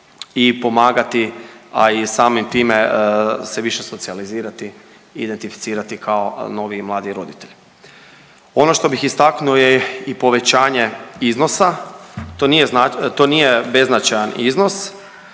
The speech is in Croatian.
i pomagati, a i samim time se više socijalizirati i identificirati kao novi i mladi roditelj. Ono što bih istaknuo je i povećanje iznosa to nije beznačajan iznos